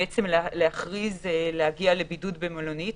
החזרה היא לבידוד במלונית.